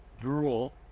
drool